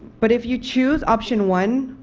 but if you choose option one,